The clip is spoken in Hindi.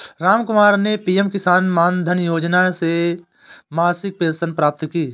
रामकुमार ने पी.एम किसान मानधन योजना से मासिक पेंशन प्राप्त की